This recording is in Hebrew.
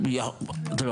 אנחנו לא